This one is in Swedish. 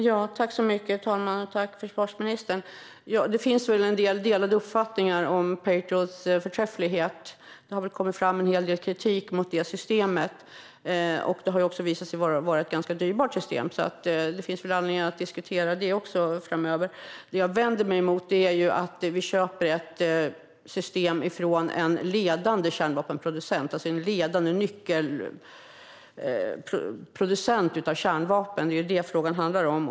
Fru talman! Det finns delade uppfattningar om Patriots förträfflighet, försvarsministern. Det har kommit fram en hel del kritik mot systemet, och det har också visat sig vara ganska dyrbart. Det finns alltså anledning att diskutera detta framöver. Det jag vänder mig emot är att vi köper ett system från en ledande kärnvapenproducent, alltså en nyckelproducent av kärnvapen. Det är detta som frågan handlar om.